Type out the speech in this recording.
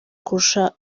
kurusha